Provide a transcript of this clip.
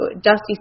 Dusty